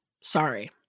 Sorry